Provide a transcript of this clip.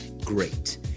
great